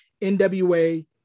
NWA